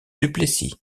duplessis